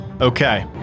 Okay